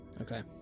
Okay